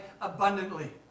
abundantly